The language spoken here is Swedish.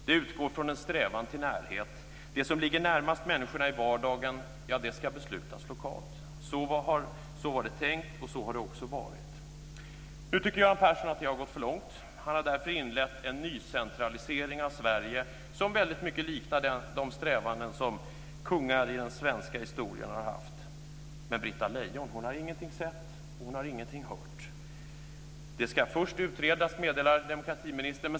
Det utgår från en strävan till närhet. Det som ligger närmast människorna i vardagen ska beslutas lokalt. Så var det tänkt, och så har det också varit. Nu tycker Göran Persson att det har gått för långt. Han har därför inlett en nycentralisering av Sverige som väldigt mycket liknar de strävanden som kungar i den svenska historien har haft. Men Britta Lejon har ingenting sett och ingenting hört. Det ska först utredas meddelar demokratiministern.